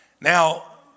Now